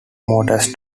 motors